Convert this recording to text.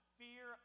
fear